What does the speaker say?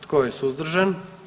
Tko je suzdržan?